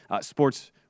Sports